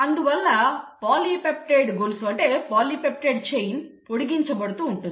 అందువల్ల పాలీపెప్టైడ్ గొలుసు పొడిగించబడుతూ ఉంటుంది